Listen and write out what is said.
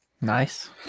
Nice